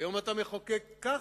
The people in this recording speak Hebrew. היום אתה מחוקק כך,